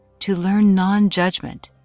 to learn non-judgment,